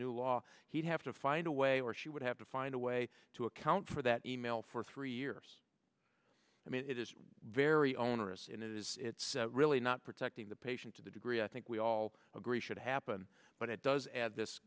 new law he'd have to find a way or she would have to find a way to account for that e mail for three years i mean it is very onerous and it's really not protecting the patient to the degree i think we all agree should happen but it does add